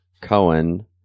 Cohen